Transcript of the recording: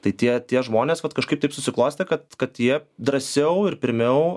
tai tie tie žmonės vat kažkaip taip susiklostė kad kad jie drąsiau ir pirmiau